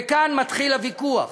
וכאן מתחיל הוויכוח: